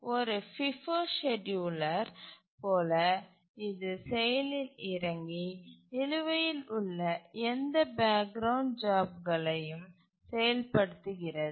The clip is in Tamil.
ஒரு FIFO செட்யூலர் போல இது செயலில் இறங்கி நிலுவையில் உள்ள எந்த பேக்ரவுண்ட் ஜாப்ஸ்களையும் செயல்படுத்துகிறது